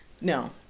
No